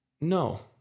no